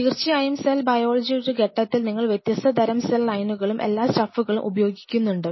തീർച്ചയായും സെൽ ബയോളജിയുടെ ഒരു ഘട്ടത്തിൽ നിങ്ങൾ വ്യത്യസ്ത തരം സെൽ ലൈനുകളും എല്ലാ സ്റ്റഫുകളും ഉപയോഗിക്കുന്നുണ്ട്